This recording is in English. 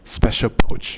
special pouch